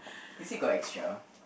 is it got extra